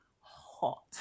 hot